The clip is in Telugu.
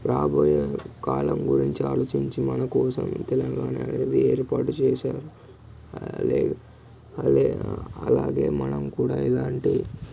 రాబోయే కాలం గురించి ఆలోచించి మనకోసం తెలంగాణ అనేది ఏర్పాటు చేశారు అల్ అలాగే మనం కూడ ఇలాంటి